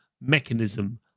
mechanism